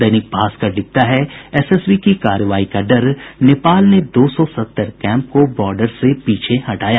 दैनिक भास्कर लिखता है एसएसबी की कार्रवाई का डर नेपाल ने दो सौ सत्तर कैम्प को बॉर्डर से पीछे हटाया